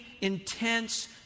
intense